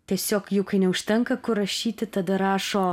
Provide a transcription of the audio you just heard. tiesiog juk neužtenka kur rašyti tada rašo